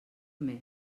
mes